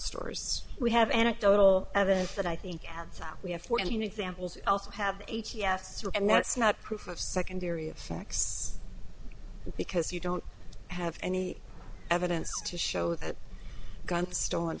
stores we have anecdotal evidence that i think have we have fourteen examples also have a t f through and that's not proof of secondary effects because you don't have any evidence to show that gun stolen